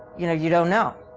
you know you don't know.